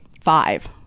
five